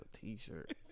T-shirt